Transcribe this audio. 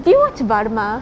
do you watch Varma